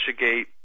Russiagate